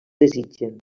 desitgen